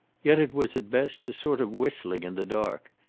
yet it was at best a sort of whistling in the dark.